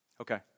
Okay